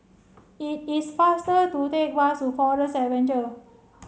it is faster to take bus to Forest Seven